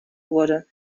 wurde